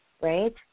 Right